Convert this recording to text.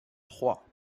trois